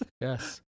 Yes